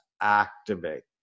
activate